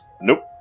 Nope